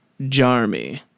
Jarmy